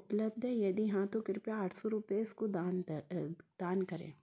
उपलब्ध है यदि हाँ तो कृपया आठ सौ रुपये इसको दान दान करें